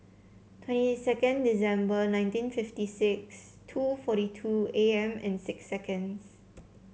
twenty second December nineteen fifty six two forty two A M and six seconds